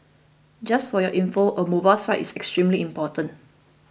just for your info a mobile site is extremely important